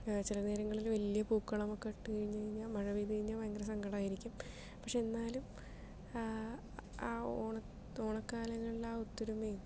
ചില നേരങ്ങളില് വലിയ പൂക്കളമൊക്കെ ഇട്ട് കഴിഞ്ഞു കഴിഞ്ഞ് മഴ പെയ്തു കഴിഞ്ഞാൽ സങ്കടായിരിക്കും പക്ഷെ എന്നാലും ആ ഓണ ഓണക്കാലങ്ങളില് ആ ഒത്തൊരുമയും